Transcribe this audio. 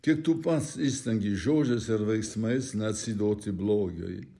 kiek tu pats įstengi žodžiais ir veiksmais neatsiduoti blogiui